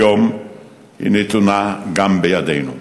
היום נתונה גם בידינו.